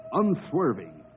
unswerving